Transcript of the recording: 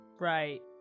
Right